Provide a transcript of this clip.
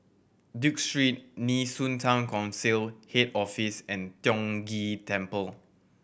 Duke Street Nee Soon Town Council Head Office and Tiong Ghee Temple